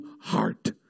heart